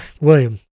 William